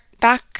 back